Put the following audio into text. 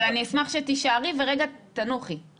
אבל אני אשמח שתישארי ורגע תנוחי,